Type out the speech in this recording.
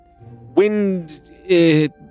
wind